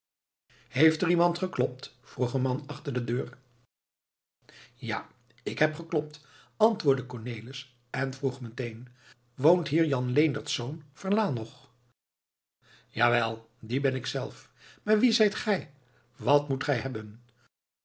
heeft er iemand geklopt vroeg een man achter de deur ja ik heb geklopt antwoordde cornelis en vroeg meteen woont hier jan leendertsz verlaen nog jawel die ben ik zelf maar wie zijt gij wat moet gij hebben